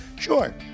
Sure